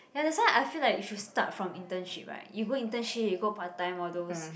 ya that's why I feel like you should start from internship right you go internship you go part time all those